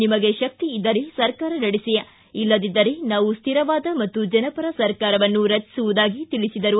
ನಿಮಗೆ ಶಕ್ತಿ ಇದ್ದರೆ ಸರ್ಕಾರ ನಡೆಸಿ ಇಲ್ಲದಿದ್ದರೆ ನಾವು ಸ್ವಿರವಾದ ಮತ್ತು ಜನಪರ ಸರ್ಕಾರವನ್ನು ರಚಿಸುವುದಾಗಿ ತಿಳಿಸಿದರು